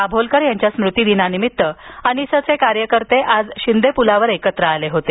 दाभोलकर यांच्या स्मृतिदिनानिमित्त अनिसचे कार्यकर्ते आज शिंदे प्लावर एकत्र आले होते